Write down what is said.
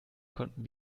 konnten